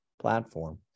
platform